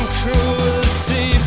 cruelty